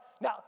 now